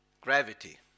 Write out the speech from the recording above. gravity